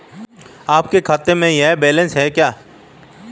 आपके खाते में यह बैलेंस है क्या?